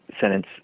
sentence